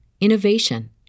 innovation